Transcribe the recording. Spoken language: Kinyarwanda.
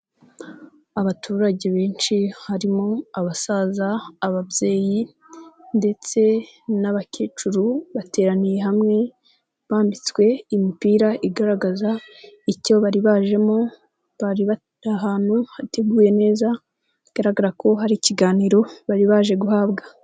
Abaturage benshi harimo: abasaza, ababyeyi ndetse n'abakecuru, bateraniye hamwe bambitswe imipira igaragaza icyo bari bajemo, bari bari ahantu hateguye neza bigaragara ko hari ikiganiro bari baje guhabwa.